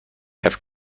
have